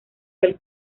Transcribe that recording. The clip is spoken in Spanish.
del